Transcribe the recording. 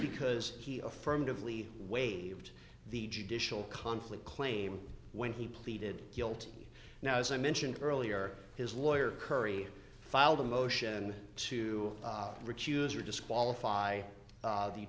because he affirmatively waved the judicial conflict claim when he pleaded guilty now as i mentioned earlier his lawyer curry filed a motion to recuse or disqualify the